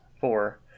four